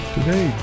Today